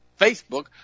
Facebook